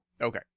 Okay